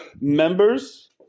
members